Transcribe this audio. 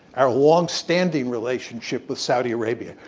our long-standing relationship with saudi arabia.